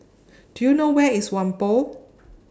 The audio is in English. Do YOU know Where IS Whampoa